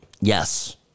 yes